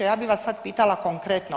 Ja bih vas sada pitala konkretno.